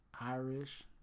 Irish